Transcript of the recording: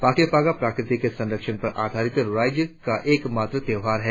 पाके पागा प्रकृति के संरक्षण पर आधारित राज्य का एकमात्र त्योहार है